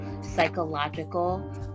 psychological